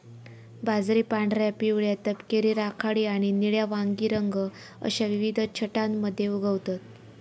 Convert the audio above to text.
बाजरी पांढऱ्या, पिवळ्या, तपकिरी, राखाडी आणि निळ्या वांगी रंग अश्या विविध छटांमध्ये उगवतत